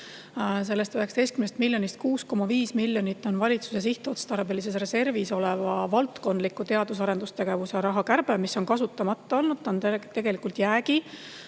Sellest 19 miljonist on 6,5 miljonit valitsuse sihtotstarbelises reservis oleva valdkondliku teadus- ja arendustegevuse raha kärbe. [See raha] on kasutamata olnud, see on tegelikult jäägi